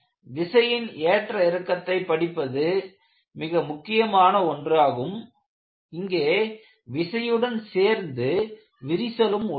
விசையின் ஏற்ற இறக்கத்தை படிப்பது மிக முக்கியமான ஒன்றாகும் இங்கே விசையுடன் சேர்ந்து விரிசலும் உள்ளது